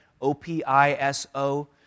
O-P-I-S-O